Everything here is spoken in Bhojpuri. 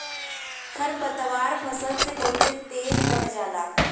खरपतवार फसल से बहुत तेज बढ़ जाला